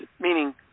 meaning